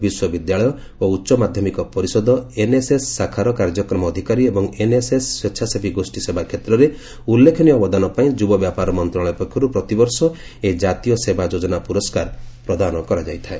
ବିଶ୍ୱବିଦ୍ୟାଳୟ ଓ ଉଚ୍ଚ ମାଧ୍ୟମିକ ପରିଷଦ ଏନ୍ଏସ୍ଏସ୍ ଶାଖାର କାର୍ଯ୍ୟକ୍ରମ ଅଧିକାରୀ ଏବଂ ଏନ୍ଏସ୍ଏସ୍ ସ୍ୱେଚ୍ଛାସେବୀ ଗୋଷୀ ସେବା କ୍ଷେତ୍ରରେ ଉଲ୍ଲେଖନୀୟ ଅବଦାନ ପାଇଁ ଯୁବ ବ୍ୟାପାର ମନ୍ତ୍ରଣାଳୟ ପକ୍ଷରୁ ପ୍ରତିବର୍ଷ ଏହି କାତୀୟ ସେବା ଯୋଜନା ପୁରସ୍କାର ପ୍ରଦାନ କରାଯାଇଥାଏ